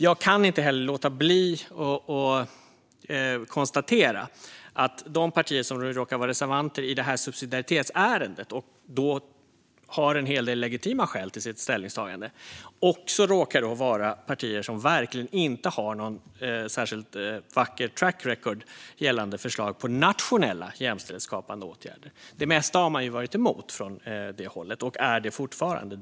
Jag kan inte heller låta bli att konstatera att de partier som nu råkar vara reservanter i det här subsidiaritetsärendet, och då har en hel del legitima skäl till sitt ställningstagande, också råkar vara partier som verkligen inte har något särskilt vackert track record gällande förslag på nationella jämställdhetsskapande åtgärder. Det mesta har man varit emot från det hållet och är så fortfarande.